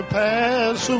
pass